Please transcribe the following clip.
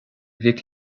mhic